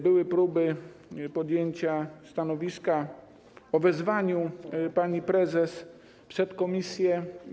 Były próby podjęcia stanowiska po wezwaniu pani prezes przed komisję.